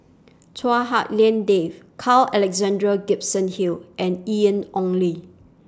Chua Hak Lien Dave Carl Alexander Gibson Hill and Ian Ong Li